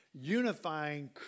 unifying